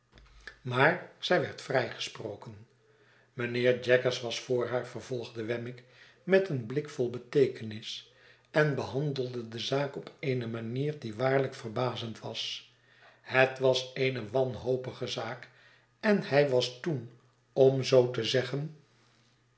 maar zij werd vrijgesproken mijnheer jaggers was voor haar vervolgde wemmick met een blik vol beteekenis en behandelde de zaak op eene manier die waarlijk verbazend was het was eene wanhopige zaak en hij was toen om zoo te zeggen